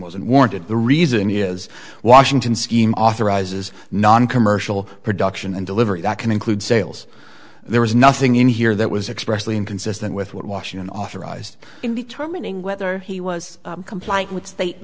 wasn't warranted the reason is washington scheme authorizes noncommercial production and delivery that can include sales there was nothing in here that was expressly inconsistent with what washington authorized in determining whether he was complying with state